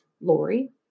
Lori